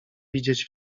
widzieć